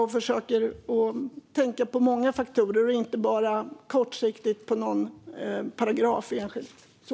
De försöker tänka på många faktorer och inte bara kortsiktigt på någon enskild paragraf.